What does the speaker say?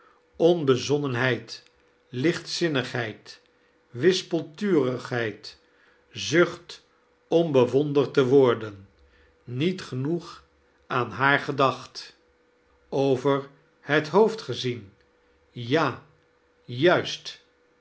onbezonnenheid lichtzinnigheid wispelturigheid zucht om bewonderd te worden niet genoeg aan haar gedacht over het hoofd gezien ja juist